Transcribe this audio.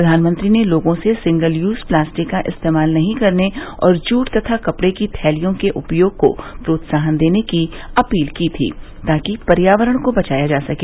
प्रधानमंत्री ने लोगों से सिंगल यूज प्लास्टिक का इस्तेमाल नहीं करने और जूट तथा कपड़े की थैलियों के उपयोग को प्रोत्साहन देने की अपील की थी ताकि पर्यावरण को बचाया जा सके